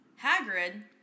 Hagrid